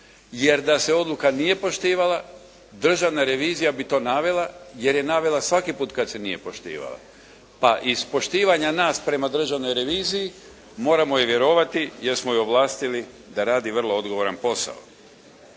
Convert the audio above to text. Jer da se odluka nije poštivala Državna revizija bi to navela jer je navela svaki put kad se nije poštivala. Pa iz poštivanja nas prema Državnoj reviziji moramo joj vjerovati jer smo je ovlastili da radi vrlo odgovoran posao.